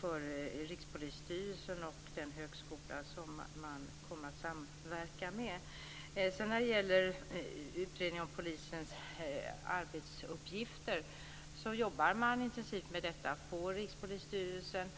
för Rikspolisstyrelsen och den högskola som man kommer att samverka med. När det gäller utredning av polisens arbetsuppgifter vill jag säga att man jobbar intensivt med detta på Rikspolisstyrelsen.